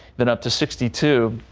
then up to sixty two.